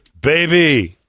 baby